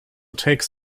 takes